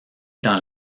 dans